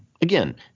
again